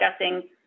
discussing